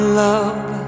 love